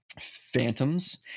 Phantoms